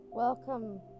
Welcome